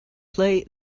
play